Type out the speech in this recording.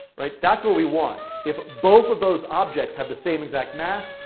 right? that's what we want. if both of those objects have the same exact mass,